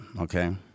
Okay